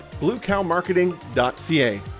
bluecowmarketing.ca